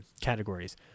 categories